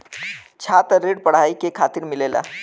छात्र ऋण पढ़ाई के खातिर मिलेला